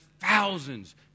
thousands